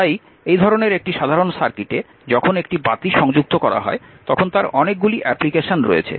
তাই এই ধরনের একটি সাধারণ সার্কিটে যখন একটি বাতি সংযুক্ত করা হয় তখন তার অনেকগুলি অ্যাপ্লিকেশন রয়েছে